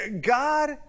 God